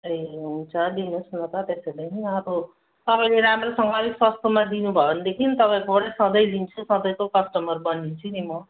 अलि अलि हुन्छ दिनुहोस् न त त्यसो भने अब तपाईँले राम्रोसँग अलिक सस्तोमा दिनुभयो भनेदेखि तपाईँकोबाट सधैँ लिन्छु सधैँको कस्टमर बनिन्छु नि म